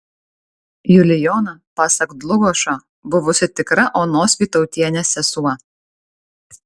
julijona pasak dlugošo buvusi tikra onos vytautienės sesuo